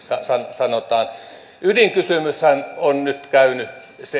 sanotaan ydinkysymyshän on nyt käynyt